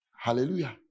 Hallelujah